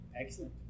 Excellent